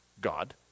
God